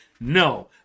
No